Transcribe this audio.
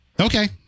Okay